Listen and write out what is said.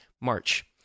March